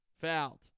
fouled